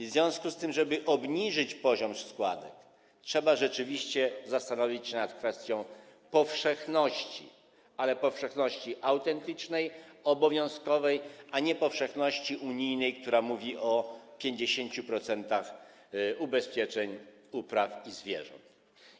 W związku z tym, żeby obniżyć poziom składek, trzeba rzeczywiście zastanowić się nad kwestią powszechności, ale powszechności autentycznej, obowiązkowej, a nie powszechności unijnej, która mówi o 50% ubezpieczeń upraw i zwierząt.